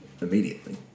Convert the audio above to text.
immediately